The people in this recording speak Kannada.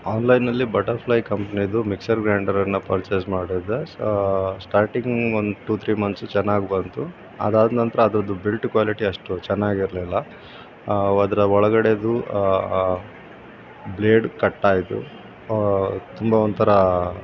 ಆನ್ಲೈನಲ್ಲಿ ಬಟರ್ಫ್ಲೈ ಕಂಪ್ನೀದು ಮಿಕ್ಸರ್ ಗ್ರೈಂಡರನ್ನು ಪರ್ಚೇಸ್ ಮಾಡಿದ್ದೆ ಸೋ ಸ್ಟಾರ್ಟಿಂಗ್ ಒಂದು ಟೂ ತ್ರೀ ಮಂತ್ಸು ಚೆನ್ನಾಗಿ ಬಂತು ಅದಾದ ನಂತರ ಅದ್ರದ್ದು ಬೆಲ್ಟ್ ಕ್ವಾಲಿಟಿ ಅಷ್ಟು ಚೆನ್ನಾಗಿರ್ಲಿಲ್ಲ ಅದರ ಒಳಗಡೆದು ಬ್ಲೇಡ್ ಕಟ್ಟಾಯಿತು ತುಂಬ ಒಂಥರ